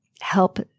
help